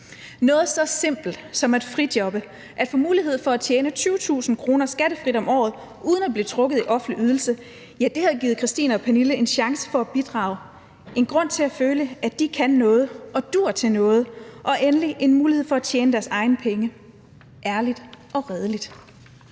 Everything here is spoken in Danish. Noget så simpelt som at frijobbe og få mulighed for at tjene 20.000 kr. skattefrit om året uden at blive trukket i offentlig ydelse havde givet Christine og Pernille en chance for at bidrage, en grund til at føle, at de kan noget og duer til noget, og endelig en mulighed for at tjene deres egne penge ærligt og redeligt.